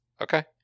okay